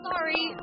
Sorry